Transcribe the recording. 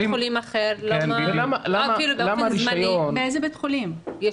חולים --- למה לא שמים אותו בבית חולים אחר?